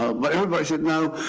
ah but everybody said, no,